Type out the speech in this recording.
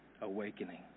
awakening